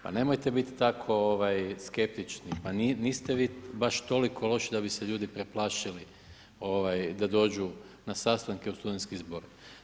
Pa nemojte biti tako skeptični, pa niste vi baš toliko loše da bi se ljudi preplašili da dođu na sastanke u studentski zbor.